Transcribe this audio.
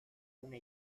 una